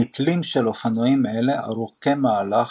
המתלים של אופנועים אלה ארוכי מהלך,